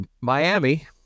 Miami